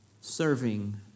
serving